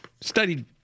studied